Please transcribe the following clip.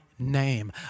name